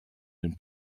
den